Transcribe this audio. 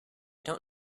don’t